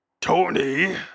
Tony